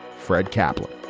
fred kaplan.